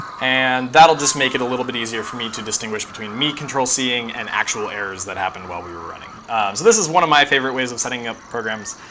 and that'll just make it a little bit easier for me to distinguish between me control-cing and actual errors that happened while we were running. so this is one of my favorite ways of setting up programs.